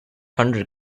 hundred